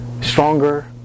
stronger